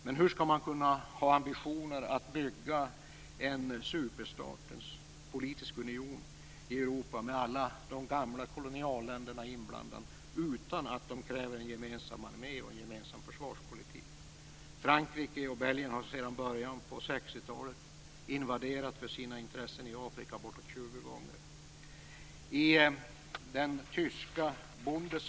Men hur skall man kunna ha ambitionen att bygga en superstat, en politisk union i Europa, med alla de gamla kolonialländerna inblandade utan att dessa kräver en gemensam armé och en gemensam försvarspolitik? Frankrike och Belgien har sedan början av 60-talet för sina intressens skull invaderat i Afrika bortåt 20 gånger.